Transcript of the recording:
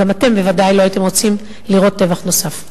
גם אתם בוודאי לא הייתם רוצים לראות טבח נוסף.